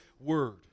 Word